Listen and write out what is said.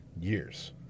years